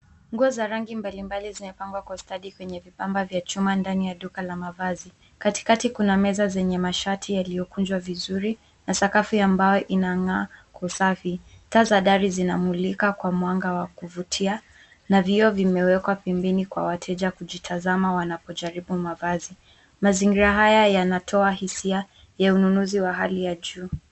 Nguo za rangi mbalimbali zimepangwa kwa ustadi kwenye vipamba vya chuma ndani ya duka la mavazi. Katikati kuna meza zenye mashati yaliyokunjwa vizuri na sakafu ya mbao inang'aa kwa usafi. Taa za dari zinamulika kwa mwanga wa kuvutia na vioo vimewekwa pembeni kwa wateja kujitazama wanapojaribu mavazi. Mazingira haya yanatoa hisia ya ununuzi wa hali ya juu.